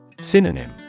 Synonym